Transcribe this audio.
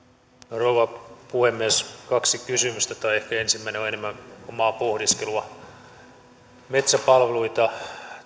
rouva puhemies kaksi kysymystä tai ehkä ensimmäinen on enemmän omaa pohdiskelua metsäpalveluita